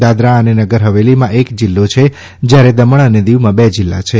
દાદરા અને નગર હવેલીમાં એક જીલ્લો છે જયારે દમણ અને દીવમાં બે જિલ્લા છે